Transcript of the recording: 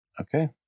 Okay